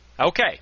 Okay